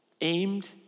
aimed